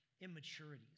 immaturities